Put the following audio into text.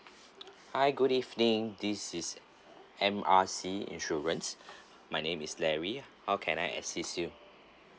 hi good evening this is M R C insurance my name is larry how can I assist you